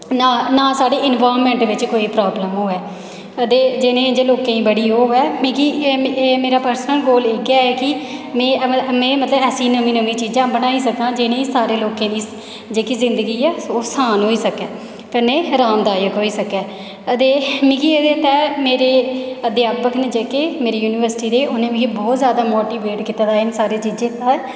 नां नां साढ़े इनबायर्नमैंट बिच्च कोई प्राब्लम होऐ ते जिनें लोकें गी बड़ी ओह् होऐ मिगी एह् एह् मेरी पर्सनल गोल इ'यै ऐ कि में मतलब ऐसी नमीं नमीं चीजां बनाई सकां जिनेंगी सारे लोकें गी जेह्की जिंदगी ऐ ओह् असान होई सकै कन्नै अरामदायक होई सकै ते मिगी एह्दे ते मेरे अध्यापक न जेह्दे मेरी यूनिवर्सटी दे उ'नें मिगी बौह्त जादा मोटिवेट कीते दा ऐ इन्न सारी चाजें तै